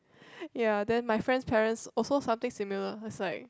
ya then my friend's parents also something similar it's like